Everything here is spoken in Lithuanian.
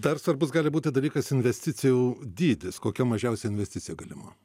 dar svarbus gali būti dalykas investicijų dydis kokia mažiausia investicija galima